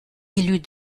élus